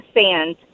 sand